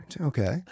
Okay